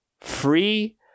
free